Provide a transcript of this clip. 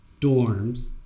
dorms